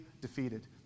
defeated